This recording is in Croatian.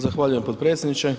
Zahvaljujem potpredsjedniče.